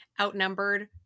outnumbered